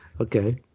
Okay